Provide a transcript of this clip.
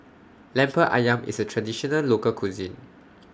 Lemper Ayam IS A Traditional Local Cuisine